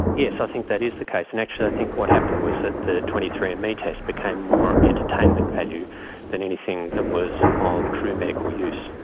yes, i think that is the case, and actually i think what happened was that the twenty three andme test became more entertainment value than anything that was of true medical use.